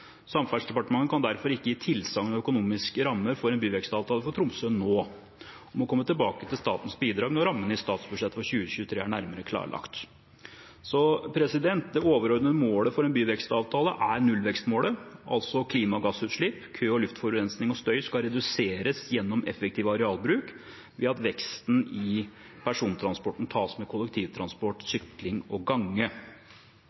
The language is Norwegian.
Samferdselsdepartementet kan derfor ikke gi tilsagn om økonomiske rammer for en byvekstavtale med Tromsø nå, og må komme tilbake til statens bidrag når rammene i statsbudsjettet 2023 er nærmere avklart.» Det overordnede målet for en byvekstavtale er nullvekstmålet, altså at klimagassutslipp, kø, luftforurensing og støy skal reduseres gjennom effektiv arealbruk ved at veksten i persontransporten tas med kollektivtransport,